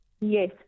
Yes